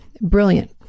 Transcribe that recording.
Brilliant